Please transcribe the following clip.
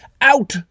Out